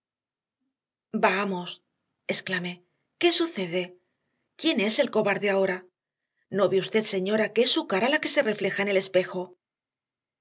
vamos exclamé qué sucede quién es el cobarde ahora no ve usted señora que es su cara la que se refleja en el espejo